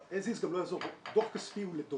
As is גם לא יעזור, דוח כספי הוא לדורות,